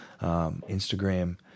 Instagram